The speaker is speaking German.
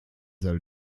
soll